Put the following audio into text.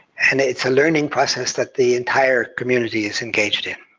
and it's a learning process that the entire community is engaged in.